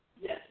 yes